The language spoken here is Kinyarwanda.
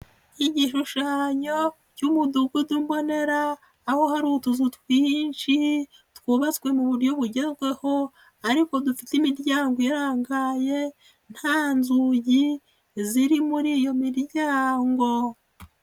Igishushanyo cy'umudugudu mbonera aho hari utuzu twinshi twubatswe mu buryo bugezweho ariko dufite imiryango irangaye, nta nzugi ziri muri iyo miryango